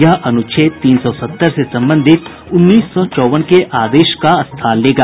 यह अनुच्छेद तीन सौ सत्तर से संबंधित उन्नीस सौ चौवन के आदेश का स्थान लेगा